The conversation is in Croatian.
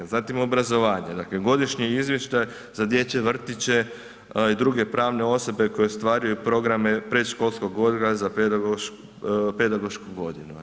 Zatim obrazovanje, dakle godišnji izvještaj za dječje vrtiće i druge pravne osobe koje ostvaruju programe predškolskog odgoja za pedagošku godinu.